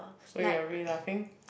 so you are really laughing